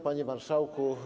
Panie Marszałku!